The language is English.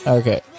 okay